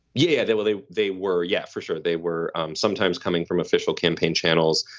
yeah, they were. they they were. yeah, for sure. they were sometimes coming from official campaign channels.